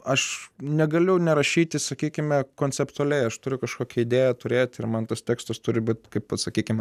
aš negaliu nerašyti sakykime konceptualiai aš turiu kažkokią idėją turėt ir man tas tekstas turi būti kaip pats sakykime